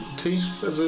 teeth